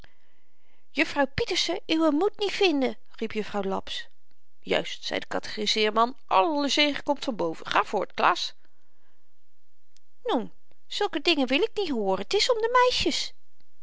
juffrouw pieterse uwe moet niet vinden riep jufvrouw laps juist zei de katechiseerman alle zegen komt van boven ga voort klaas noen zulke dingen wil ik niet hooren t is om de meisjes